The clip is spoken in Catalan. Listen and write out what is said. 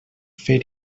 fer